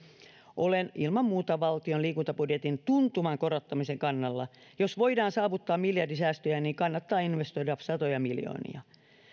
olen ilman muuta valtion liikuntabudjetin tuntuvan korottamisen kannalla jos voidaan saavuttaa miljardisäästöjä niin kannattaa investoida satoja miljoonia